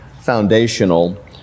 foundational